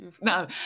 No